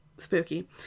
spooky